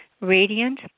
radiant